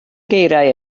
geiriau